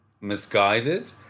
misguided